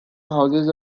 houses